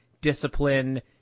discipline